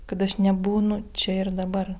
kad aš nebūnu čia ir dabar